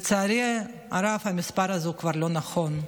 לצערי הרב המספר הזה הוא כבר לא נכון,